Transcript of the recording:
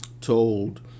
told